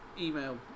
email